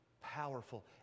powerful